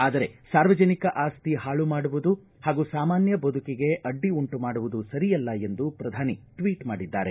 ಆದರೆ ಸಾರ್ವಜನಿಕ ಅಸ್ತಿ ಹಾಳು ಮಾಡುವುದು ಹಾಗೂ ಸಾಮಾನ್ಯ ಬದುಕಿಗೆ ಅಡ್ಡಿ ಉಂಟು ಮಾಡುವುದು ಸರಿಯಲ್ಲ ಎಂದು ಪ್ರಧಾನಿ ಟ್ವೀಟ್ ಮಾಡಿದ್ದಾರೆ